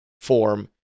form